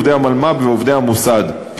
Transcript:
עובדי המלמ"ב ועובדי המוסד.